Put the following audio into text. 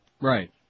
Right